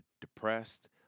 depressed